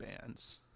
bands